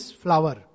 flower